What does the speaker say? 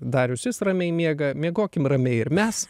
darius jis ramiai miega miegokim ramiai ir mes